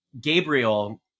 Gabriel